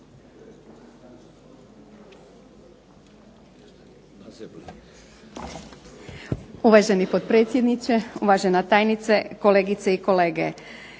Uvaženi potpredsjedniče, uvažena tajnice, kolegice i kolege.